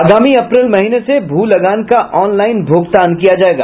आगामी अप्रैल महीने से भू लगान का ऑनलाईन भूगतान किया जायेगा